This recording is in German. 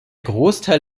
großteil